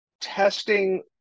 testing